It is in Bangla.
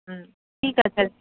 হুম ঠিক আছে